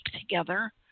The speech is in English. together